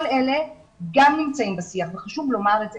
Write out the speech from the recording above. כל אלה גם נמצאים בשיח וחשוב לומר את זה.